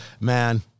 man